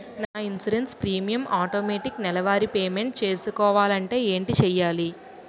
నా insurance premium automatic నెలవారి payment చేసుకోవాలంటే ఏంటి చేయాలి?